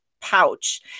pouch